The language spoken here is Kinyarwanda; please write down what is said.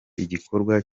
igikorwa